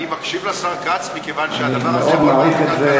אני מאזין לחבר הכנסת כץ מכיוון שהדבר הזה מאוד חשוב.